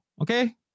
okay